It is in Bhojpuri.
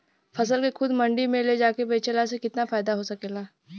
फसल के खुद मंडी में ले जाके बेचला से कितना फायदा हो सकेला?